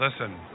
Listen